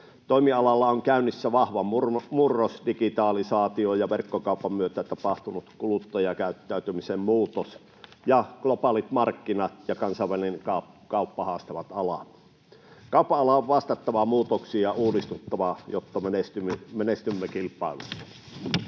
Toimialalla on käynnissä vahva murros. Digitalisaation ja verkkokaupan myötä tapahtunut kuluttajakäyttäytymisen muutos ja globaalit markkinat ja kansainvälinen kauppa haastavat alaa. Kaupan alan on vastattava muutoksiin ja uudistuttava, jotta menestymme kilpailussa.